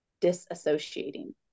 disassociating